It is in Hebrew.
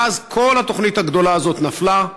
ואז כל התוכנית הגדולה הזאת נפלה.